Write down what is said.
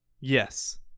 Yes